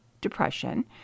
depression